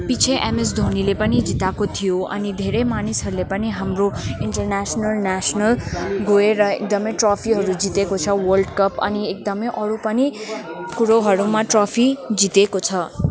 पिच्छे एमएस धोनीले पनि जिताएको थियो अनि धेरै मानिसहरूले पनि हाम्रो इन्टरनेसनल नेसनल गएर एकदमै ट्रफीहरू जितेको छ वर्ल्ड कप अनि एकदमै अरू पनि कुरोहरूमा ट्रफी जितेको छ